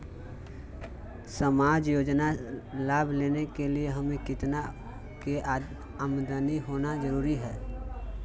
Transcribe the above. सामान्य योजना लाभ लेने के लिए हमें कितना के आमदनी होना जरूरी है?